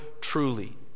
truly